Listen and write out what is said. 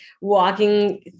walking